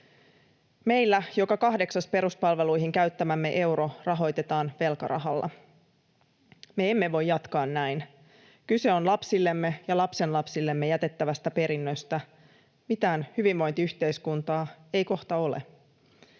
Meillä joka kahdeksas peruspalveluihin käyttämämme euro rahoitetaan velkarahalla. Me emme voi jatkaa näin. Kyse on lapsillemme ja lapsenlapsillemme jätettävästä perinnöstä. Mitään hyvinvointiyhteiskuntaa ei kohta ole.